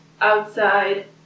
outside